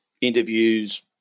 interviews